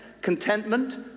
contentment